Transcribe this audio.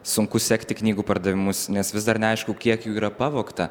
sunku sekti knygų pardavimus nes vis dar neaišku kiek jų yra pavogta